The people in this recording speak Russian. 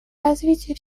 развитие